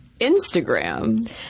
Instagram